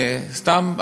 סתם,